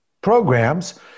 programs